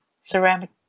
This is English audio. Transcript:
ceramic